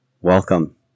welcome